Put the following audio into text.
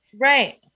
Right